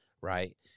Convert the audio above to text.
right